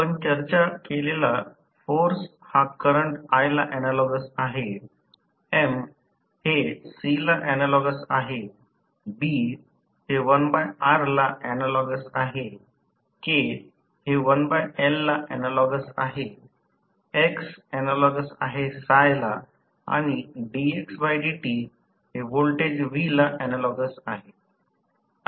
आपण चर्चा केलेला फोर्स हा करंट i ला ऍनालॉगस आहे M हे C ला ऍनालॉगस आहे B हे 1R ला ऍनालॉगस आहे K हे 1L ला ऍनालॉगस आहे x ऍनालॉगस आहे ला आणि dxdt हे व्होल्टेज V ला ऍनालॉगस आहे